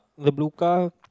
the blue car